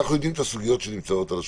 אנחנו יודעים את הסוגיות שנמצאות על השולחן.